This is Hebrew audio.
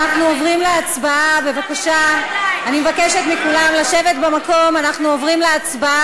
נא לרדת, חבר הכנסת יואל חסון.